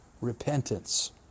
repentance